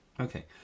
Okay